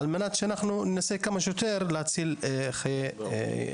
כדי לנסות להציל עד כמה שיותר חיי ילדים.